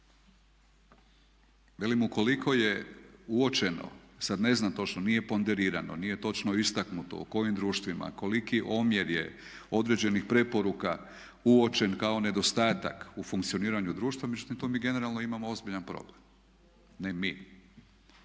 Velim ukoliko je uočeno, sad ne znam točno, nije ponderirano, nije točno istaknuto u kojim društvima, koliki omjer je određenih preporuka uočen kao nedostatak u funkcioniranju društva. Međutim, to mi generalno imamo ozbiljan problem. Ne mi,